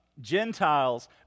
Gentiles